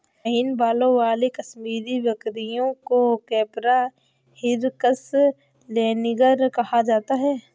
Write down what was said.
महीन बालों वाली कश्मीरी बकरियों को कैपरा हिरकस लैनिगर कहा जाता है